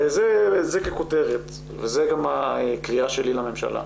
זה ככותרת וזה גם הקריאה שלי לממשלה.